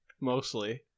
mostly